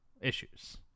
issues